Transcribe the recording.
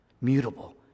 mutable